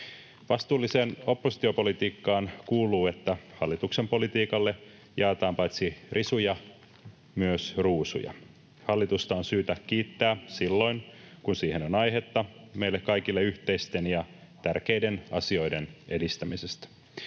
Vastuulliseen oppositiopolitiikkaan kuuluu, että hallituksen politiikalle jaetaan paitsi risuja myös ruusuja. Hallitusta on syytä kiittää silloin, kun siihen on aihetta meille kaikille yhteisten ja tärkeiden asioiden edistämisestä.